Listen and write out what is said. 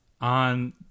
on